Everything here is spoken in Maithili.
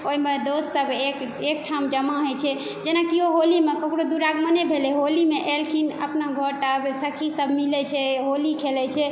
ओहिमे दोस्त सब एक एक ठाम जमा होइ छै जेना कि होलीमे ककरो दुरागमने भेलै होलीमे एलखिन अपना घर टा सखी सब मिलै छै होली खेलै छै